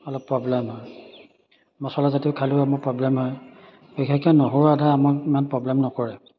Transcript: অলপ প্ৰব্লেম হয় মচলাজাতীয় খালেও আমাৰ প্ৰব্লেম হয় বিশেষকৈ নহৰু আধা আমাৰ ইমান প্ৰব্লেম নকৰে